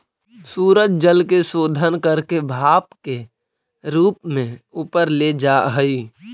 सूरज जल के शोषण करके भाप के रूप में ऊपर ले जा हई